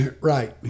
right